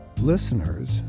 Listeners